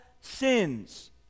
sins